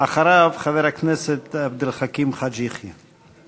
אחריו, חבר הכנסת עבד אל חכים חאג' יחיא.